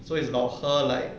so it's about her like